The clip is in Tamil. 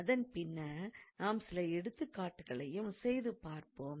அதன் பின்னர் நாம் சில எடுத்துக் காட்டுக்களையும் செய்து பார்ப்போம்